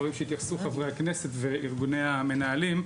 דברים שיתייחסו חברי הכנסת וארגוני המנהלים.